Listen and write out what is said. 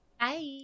Bye